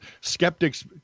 skeptics